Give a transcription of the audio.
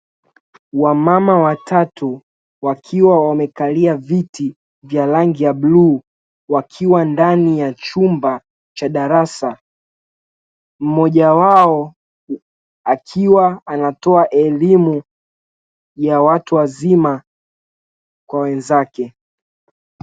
Wamama watatu wakiwa wamekalia viti vya rangi ya bluu wakiwa ndani ya chumba cha darasa, mmoja wao akiwa anatoa elimu ya watu wazima kwa wenzake.